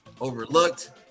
Overlooked